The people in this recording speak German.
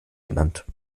genannt